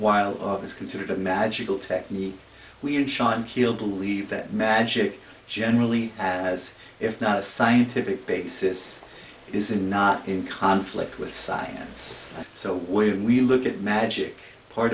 while it's considered a magical technique we had shot and killed believe that magic generally as if not a scientific basis is not in conflict with science so when we look at magic part